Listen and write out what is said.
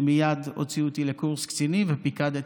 ומייד הוציאו אותי לקורס קצינים ופיקדתי